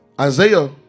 Isaiah